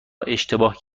اشتباه